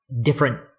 different